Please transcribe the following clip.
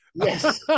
Yes